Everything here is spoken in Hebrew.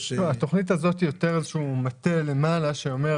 התכנית הזאת היא יותר מטה שפונה למעסיקים.